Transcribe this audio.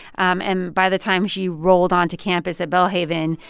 um and by the time she rolled onto campus at belhaven,